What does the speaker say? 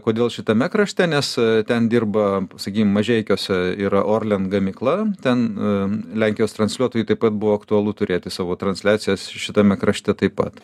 kodėl šitame krašte nes ten dirba pasakei mažeikiuose yra orlen gamykla ten lenkijos transliuotojui taip pat buvo aktualu turėti savo transliacijas šitame krašte taip pat